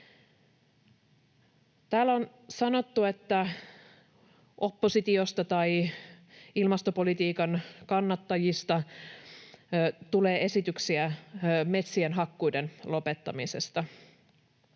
Täällä on sanottu, että oppositiosta tai ilmastopolitiikan kannattajilta tulee esityksiä metsien hakkuiden lopettamisesta